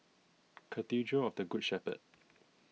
Cathedral of the Good Shepherd